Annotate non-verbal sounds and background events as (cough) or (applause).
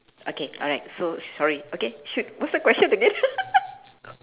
okay alright so sorry okay shoot what's the question again (laughs)